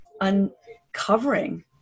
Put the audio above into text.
uncovering